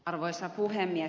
arvoisa puhemies